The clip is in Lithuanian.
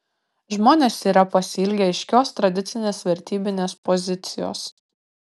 žmonės yra pasiilgę aiškios tradicinės vertybinės pozicijos